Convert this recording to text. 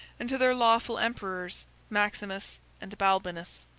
and to their lawful emperors maximus and balbinus.